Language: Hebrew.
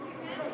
גברתי